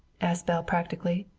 asked belle practically.